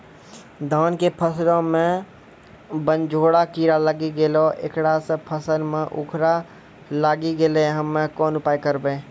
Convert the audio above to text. धान के फसलो मे बनझोरा कीड़ा लागी गैलै ऐकरा से फसल मे उखरा लागी गैलै हम्मे कोन उपाय करबै?